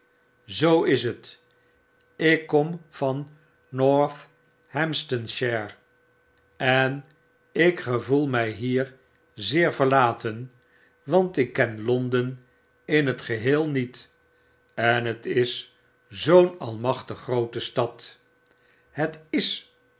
zoo is het ik kom van northamptonshire en ik gevoel my hier zeer verlaten want ik ken londen in tgeheel niet en het is zoo'n almachtig groote stad het is